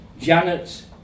Janet